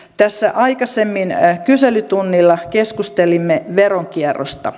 tässä aikaisemmin kyselytunnilla keskustelimme veronkierrosta